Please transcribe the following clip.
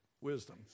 wisdom